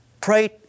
Pray